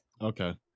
Okay